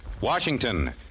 Washington